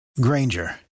granger